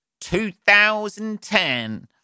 2010